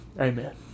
Amen